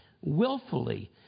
willfully